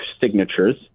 signatures